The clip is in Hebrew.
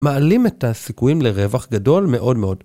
מעלים את הסיכויים לרווח גדול מאוד מאוד.